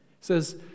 says